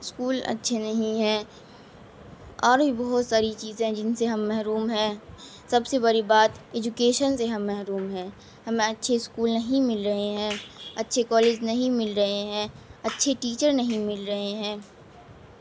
school اچھے نہیں ہیں اور بھی بہت ساری چیزیں جن سے ہم محروم ہیں سب سے بڑی بات ایجوکیشن سے ہم محروم ہیں ہمیں اچھے اسکول نہیں مل رہے ہیں اچھے کالج نہیں مل رہے ہیں اچھے ٹیچر نہیں مل رہے ہیں